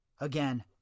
again